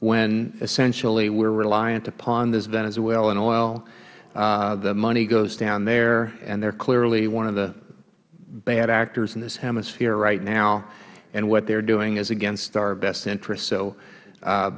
when essentially we are reliant upon this venezuelan oil the money goes down there and they are clearly one of the bad actors in this hemisphere right now and what they are doing is against our best interest